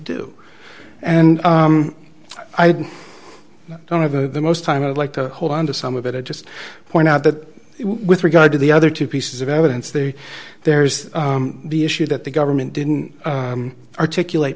do and i don't have the most time i'd like to hold on to some of it i just point out that with regard to the other two pieces of evidence there there's the issue that the government didn't articulate